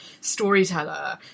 storyteller